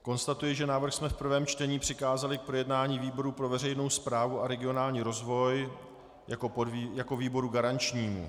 Konstatuji, že návrh jsme v prvém čtení přikázali k projednání výboru pro veřejnou správu a regionální rozvoj jako výboru garančnímu.